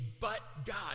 but-God